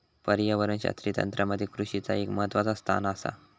पर्यावरणशास्त्रीय तंत्रामध्ये कृषीचा एक महत्वाचा स्थान आसा